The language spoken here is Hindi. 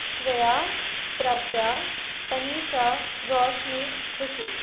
श्रेया प्रज्ञा तनीशा रोशनी खुशी